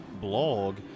blog